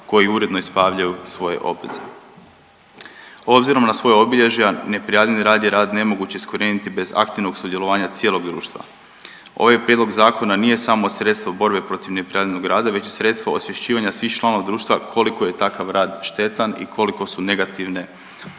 koji uredno ispravljaju svoje obveze. Obzirom na svoje obilježja, neprijavljeni rad je rad nemoguće iskorijeniti bez aktivnog sudjelovanja cijelog društva. Ovaj Prijedlog zakona nije samo sredstvo borbe protiv neprijavljenog rada, već i sredstvo osvješćivanja svih članova društva koliko je takav rad štetan i koliko su negativne